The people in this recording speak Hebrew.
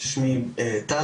שמי טל,